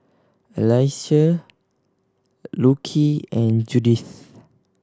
Alysia Lockie and Judith